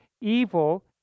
evil